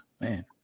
man